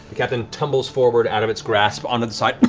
but captain tumbles forward out of its grasp onto the side.